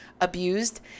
abused